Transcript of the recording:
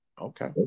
Okay